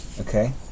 Okay